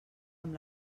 amb